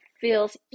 feels